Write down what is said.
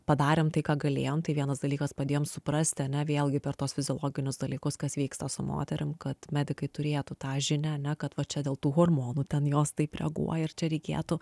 padarėm tai ką galėjom tai vienas dalykas padėjom suprasti ane vėlgi per tuos fiziologinius dalykus kas vyksta su moterim kad medikai turėtų tą žinią ane kad va čia dėl tų hormonų ten jos taip reaguoja ir čia reikėtų